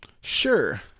Sure